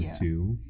two